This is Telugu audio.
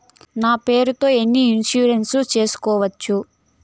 నా పేరుతో ఎన్ని ఇన్సూరెన్సులు సేసుకోవచ్చు?